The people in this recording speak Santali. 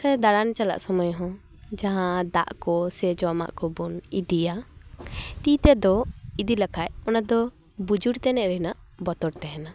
ᱥᱮ ᱫᱟᱬᱟᱱ ᱪᱟᱞᱟᱜ ᱥᱩᱢᱟᱹᱭ ᱦᱚᱸ ᱡᱟᱦᱟᱸ ᱫᱟᱜ ᱠᱚ ᱥᱮ ᱡᱟᱢᱟᱜ ᱠᱚᱵᱚᱱ ᱤᱫᱤᱭᱟ ᱛᱤᱛᱮᱫᱚ ᱤᱫᱤ ᱞᱮᱠᱷᱟᱱ ᱚᱱᱟ ᱫᱚ ᱵᱩᱡᱩᱨ ᱛᱟᱱᱮᱡ ᱨᱮᱱᱟᱜ ᱵᱚᱛᱚᱨ ᱛᱟᱦᱮᱸᱱᱟ